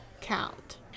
count